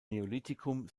neolithikum